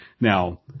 Now